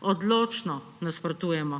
odločno nasprotujemo.